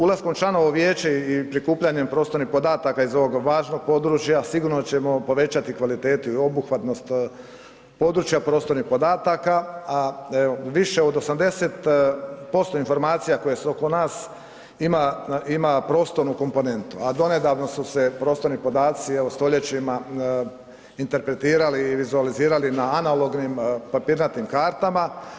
Ulaskom članova u vijeće i prikupljanjem prostornih podataka iz ovog važnog područja sigurno ćemo povećati kvalitetu i obuhvatnost područja prostornih podataka, a evo više od 80 poslovnih informacija koje su oko nas ima prostornu komponentu, a donedavno su se prostorni podaci evo stoljećima interpretirali i vizualizirali na analognim papirnatim kartama.